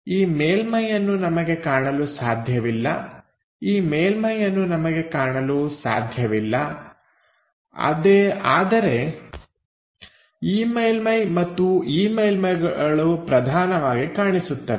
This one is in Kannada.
ಈ ಮೇಲ್ಮೈಯನ್ನು ನಮಗೆ ಕಾಣಲು ಸಾಧ್ಯವಿಲ್ಲಈ ಮೇಲ್ಮೈಯನ್ನು ನಮಗೆ ಕಾಣಲು ಸಾಧ್ಯವಿಲ್ಲ ಆದರೆ ಈ ಮೇಲ್ಮೈ ಮತ್ತು ಈ ಮೇಲ್ಮೈಗಳು ಪ್ರಧಾನವಾಗಿ ಕಾಣಿಸುತ್ತವೆ